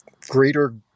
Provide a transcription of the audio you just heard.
greater